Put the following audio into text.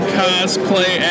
cosplay